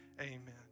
amen